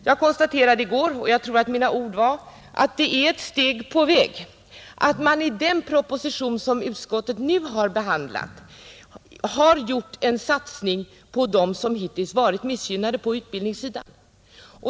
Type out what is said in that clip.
Jag tror att mina ord var att det är ett steg på vägen att man i den proposition som utskottet nu har behandlat har gjort en satsning på dem som hittills varit missgynnade på utbildningssidan.